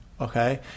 okay